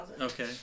Okay